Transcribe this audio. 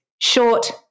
short